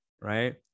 Right